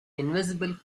invisible